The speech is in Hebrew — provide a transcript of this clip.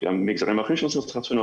יש גם מגזרים אחרים שרוצים לעשות חתונות,